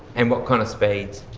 and what kind of speeds?